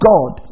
God